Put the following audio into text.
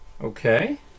okay